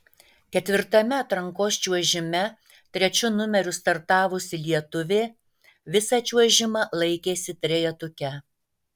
ketvirtame atrankos čiuožime trečiu numeriu startavusi lietuvė visą čiuožimą laikėsi trejetuke